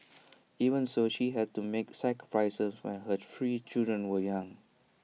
even so she has had to make sacrifices when her three children were young